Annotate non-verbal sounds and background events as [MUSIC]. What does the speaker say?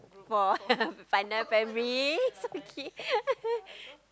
for [LAUGHS] final family okay [LAUGHS]